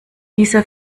dieser